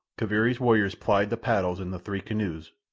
kaviri's warriors plied the paddles in the three canoes,